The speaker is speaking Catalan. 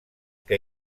que